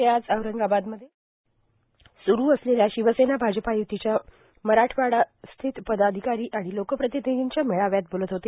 ते आज औरंगाबादमध्ये सुरू असलेल्या शिवसेना आजपा यु्तीच्या मराठवाडास्तरीय पदाधिकारी आणि लोकप्रतिनिधींच्या मेळाव्यात बोलत होते